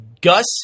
Gus